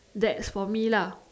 that's for me lah